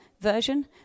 version